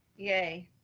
yay.